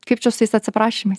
kaip čia su tais atsiprašymais